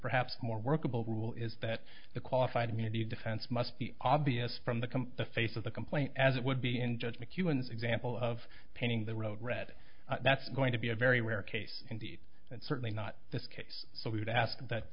perhaps more workable rule is that the qualified immunity defense must be obvious from the calm the face of the complaint as it would be in judgment humans example of painting the road red that's going to be a very rare case indeed and certainly not the case so we would ask that